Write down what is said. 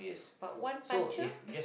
but one puncture